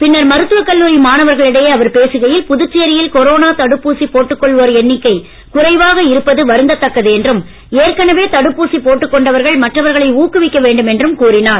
பின்னர் மருத்துவக் கல்லூரி மாணவர்களிடையே அவர் பேசுகையில் புதுச்சேரியில் கொரோனா தடுப்பூசி போட்டுக் கொள்வோர் எண்ணிக்கை குறைவாக இருப்பது வருந்தத் தக்கது என்றும் ஏற்கனவே தடுப்பூசி போட்டுக் கொண்டவர்கள் மற்றவர்களை ஊக்குவிக்க வேண்டும் என்றும் கூறினார்